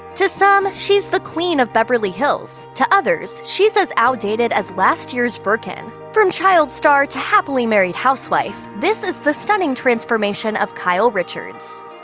to some, she's the queen of beverly hills. to others, she's as outdated as last year's birkin. from child star to happily married housewife, this is the stunning transformation of kyle richards.